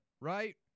right